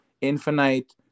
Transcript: Infinite